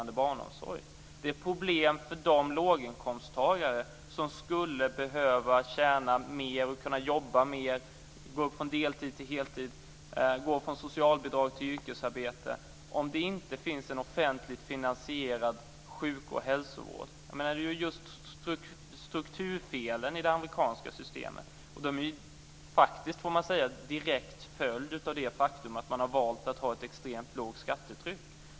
Det är ett problem för de låginkomsttagare som skulle behöva tjäna mer och kunna jobba mer, gå upp från deltid till heltid, gå från socialbidrag till yrkesarbete, om det inte finns en offentligt finansierad sjuk och hälsovård. Det är just strukturfelen i det amerikanska systemet, och de är en direkt följd av det faktum att man har valt att ha ett extremt lågt skattetryck.